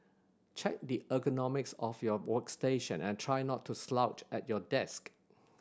check the ergonomics of your workstation and try not to slouch at your desk